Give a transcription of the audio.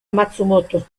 matsumoto